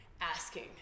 asking